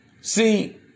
See